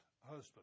husband